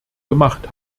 gemacht